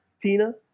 Tina